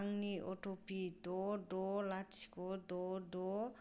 आंनि O T P द' द' लाथिख' द' द'